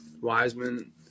Wiseman